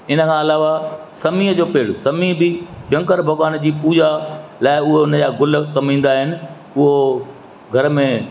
हिन खां अलावा समीअ जो पेड़ समी बि शंकर भॻवान जी पूॼा लाइ उहा उन जा गुलु कमु ईंदा आहिनि उहो घर में